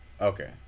Okay